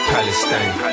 Palestine